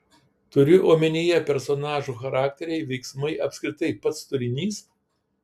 turiu omenyje personažų charakteriai veiksmai apskritai pats turinys